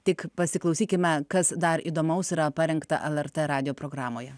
tik pasiklausykime kas dar įdomaus yra parinkta lrt radijo programoje